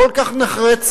כל כך נחרצת,